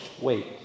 wait